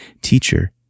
Teacher